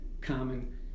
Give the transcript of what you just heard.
common